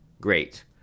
Great